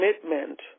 commitment